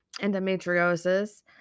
endometriosis